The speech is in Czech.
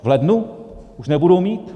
V lednu už nebudou mít?